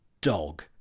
dog